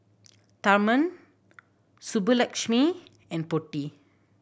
Tharman Subbulakshmi and Potti